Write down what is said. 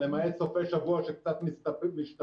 למעט סופי שבוע שקצת משתפר,